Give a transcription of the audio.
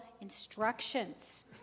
instructions